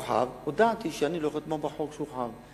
החוק הורחב, הודעתי שאני לא תומך בחוק שהורחב.